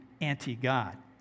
anti-God